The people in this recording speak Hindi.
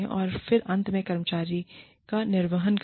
और फिर अंत में कर्मचारी का निर्वहन करें